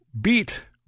beat